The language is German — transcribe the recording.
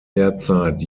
derzeit